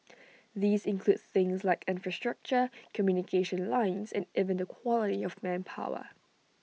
these include things like infrastructure communication lines and even the quality of manpower